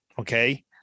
okay